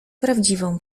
prawdziwą